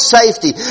safety